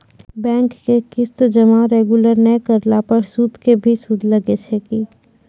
Bank के किस्त जमा रेगुलर नै करला पर सुद के भी सुद लागै छै कि?